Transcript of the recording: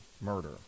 murder